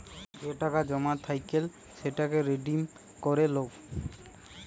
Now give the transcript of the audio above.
যে টাকা জমা থাইকলে সেটাকে রিডিম করে লো